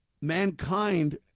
mankind